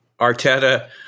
Arteta